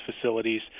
facilities